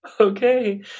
Okay